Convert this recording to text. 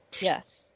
Yes